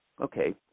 okay